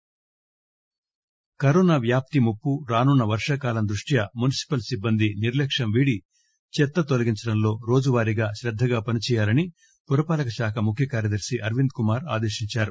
P N GHMC corona వ్యాప్తి ముప్పు రానున్న వర్షాకాలం దృష్ట్యా మున్సిపల్ సిబ్బంది నిర్లక్ష్యం వీడి చెత్త తొలగించడంలో రోజువారీగా శ్రద్ధగా పని చేయాలని పురపాలకశాఖ ముఖ్య కార్యదర్ని అరవింద్ కుమార్ ఆదేశించారు